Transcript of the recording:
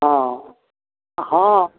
हँ हँ